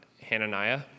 Hananiah